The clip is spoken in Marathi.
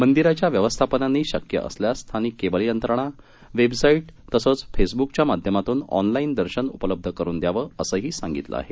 मंदिराच्या व्यवस्थापनांनी शक्य असल्यास स्थानिक केबल यंत्रणा वेबसाईट तसंच फेसबुकच्या माध्यमातून ऑनलाईन दर्शन उपलब्ध करून द्यावं असंही सांगितलं आहे